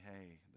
hey